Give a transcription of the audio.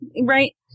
Right